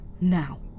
now